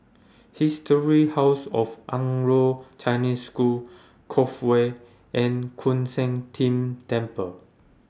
Historic House of Anglo Chinese School Cove Way and Koon Seng Ting Temple